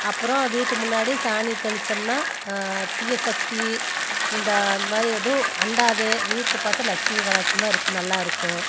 அப்புறம் வீட்டு முன்னாடி சாணி தெளித்தமுனா தீய சக்தி இந்த அது மாதிரி எதுவும் அண்டாது வீட்டை பார்த்தா லட்சுமி கடாச்சமாக இருக்கும் நல்லாயிருக்கும்